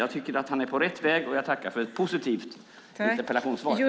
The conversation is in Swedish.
Jag tycker att han är på rätt väg, och jag tackar för ett positivt interpellationssvar.